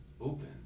open